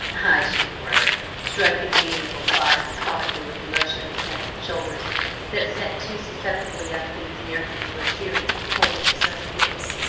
i should worry! shrugged the amiable clive comically with a motion of his handsome shoulders that sent two susceptible young things near him into a series of poorly suppressed giggles.